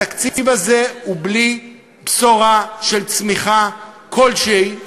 התקציב הזה הוא בלי בשורה של צמיחה כלשהי,